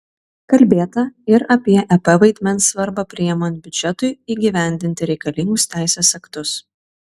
kalbėta ir apie ep vaidmens svarbą priimant biudžetui įgyvendinti reikalingus teisės aktus